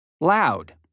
Loud